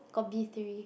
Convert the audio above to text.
got B three